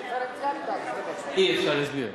תעשה דיפרנציאלי,